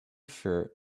shirt